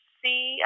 see